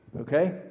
okay